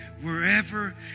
wherever